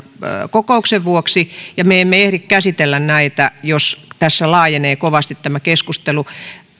kokouksen vuoksi ja me emme ehdi käsitellä näitä jos tässä laajenee kovasti tämä keskustelu